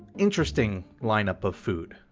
interesting lineup of food,